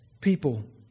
people